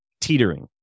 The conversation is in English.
teetering